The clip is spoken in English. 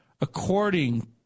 according